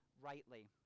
rightly